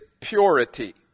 purity